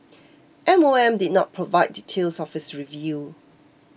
M O M did not provide details of its review